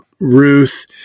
Ruth